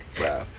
Wow